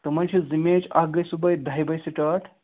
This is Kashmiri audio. تِمَن چھِ زٕ میچ اَگھ گَژھِ صُبحٲے دَہہِ بَجہِ سٕٹاٹ